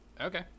Okay